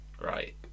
Right